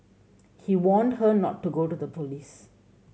he warned her not to go to the police